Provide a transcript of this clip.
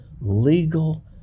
legal